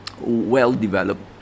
well-developed